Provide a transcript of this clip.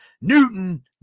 Newton